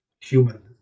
human